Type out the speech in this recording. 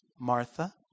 Martha